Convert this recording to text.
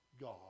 God